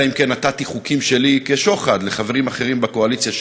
אלא אם כן נתתי חוקים שלי כשוחד לחברים אחרים בקואליציה,